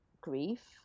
grief